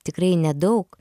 tikrai nedaug